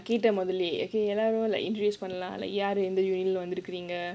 கேட்டேன் முதல்லயே பண்ணலாம்:kaettaen mothallayae pannalaam